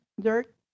dirt